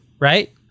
right